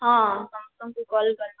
ହଁ ସମସ୍ତଙ୍କୁ କଲ୍ କର୍ମା